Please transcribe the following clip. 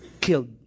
killed